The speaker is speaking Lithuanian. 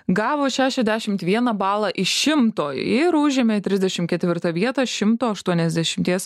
gavo šešiasdešimt vieną balą iš šimto ir užėmė trisdešim ketvirtą vietą šimto aštuoniasdešimties